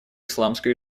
исламской